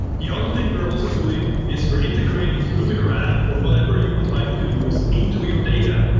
the other thing we are also doing is we're integrating through the graph or whatever you would like to use into your data.